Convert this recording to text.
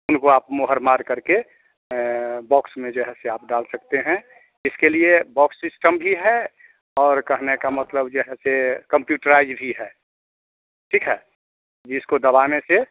उनको आप मोहर मारकर के बॉक्स में जो है उसे आप डाल सकते हैं इसके लिए बॉक्स सिस्टम भी है और कहने का मतलब यहाँ पे कंप्यूटराइज भी है ठीक है जिसको दबाने से